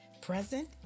present